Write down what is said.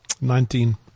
Nineteen